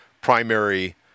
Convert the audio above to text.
primary